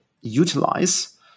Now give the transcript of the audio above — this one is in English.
utilize